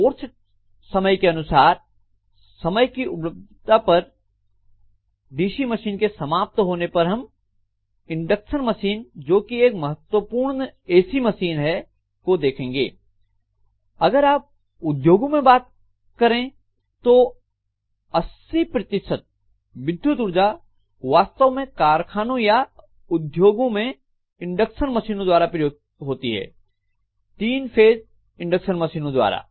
course time के अनुसार समय की उपलब्धता पर डीसी मशीन के समाप्त होने पर हम इंडक्शन मशीन जो कि एक महत्वपूर्ण ऐसी मशीन है को देखेंगे अगर आप उद्योगों में देखें तो 80 प्रतिशत विद्युत ऊर्जा वास्तव में कारखानों या उद्योगों में इंडक्शन मशीनों द्वारा प्रयोग होती है तीन फेस इंडक्शन मशीनों द्वारा